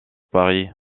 paris